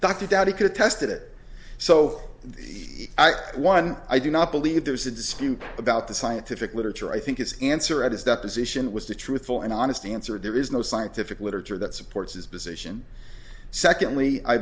dr dowdy could test it so i am one i do not believe there is a dispute about the scientific literature i think it's answer at his deposition was the truthful and honest answer there is no scientific literature that supports his position secondly i